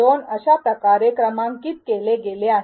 २ आणि अशाप्रकारे क्रमांकित केले गेले आहे